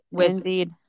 Indeed